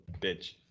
bitch